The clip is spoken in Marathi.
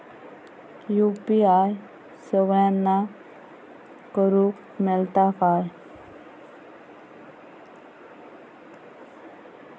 यू.पी.आय सगळ्यांना करुक मेलता काय?